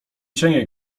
cienie